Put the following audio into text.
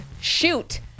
Shoot